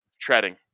treading